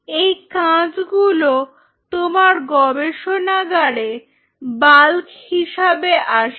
এই কাঁচগুলো তোমার গবেষণাগারে বাল্ক হিসাবে আসে